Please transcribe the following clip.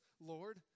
Lord